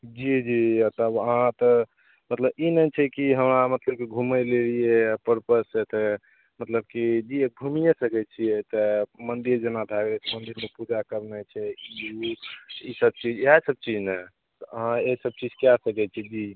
जी जी तब अहाँ तऽ मतलब ई नहि छै कि हमरा मतलब कि घुमै ले अएलिए परपससे तऽ कि घुमिए सकै छिए तऽ मन्दिर जेना भए गेलै मन्दिरमे पूजा करनाइ छै ईसब चीज इएहसब चीज ने तऽ अहाँ एहि सबचीज कै सकै छी जी